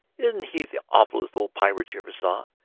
isn't he the awfullest old pirate you ever saw?